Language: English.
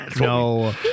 No